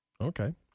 Okay